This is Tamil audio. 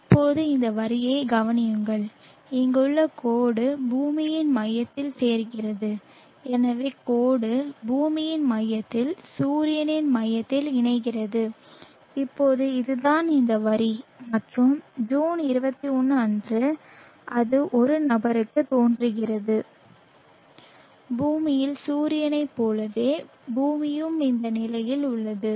இப்போது இந்த வரியைக் கவனியுங்கள் இங்குள்ள கோடு பூமியின் மையத்தில் சேர்கிறது எனவே கோடு பூமியின் மையத்தில் சூரியனின் மையத்தில் இணைகிறது இப்போது அதுதான் இந்த வரி மற்றும் ஜூன் 21 அன்று அது ஒரு நபருக்குத் தோன்றுகிறது பூமியில் சூரியனைப் போலவே பூமியும் இந்த நிலையில் உள்ளது